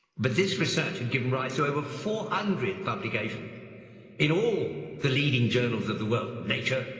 but this research had given rise to over four hundred publications in all the leading journals of the world nature,